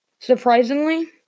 Surprisingly